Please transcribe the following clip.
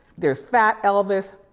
there's fat elvis,